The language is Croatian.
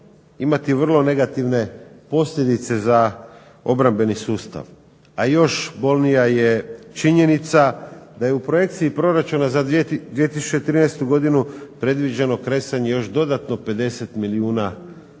imati vrlo negativne posljedice za obrambeni sustav, a još bolnija je činjenica da je u projekciji proračuna za 2013. godinu predviđeno kresanje još dodatno 50 milijuna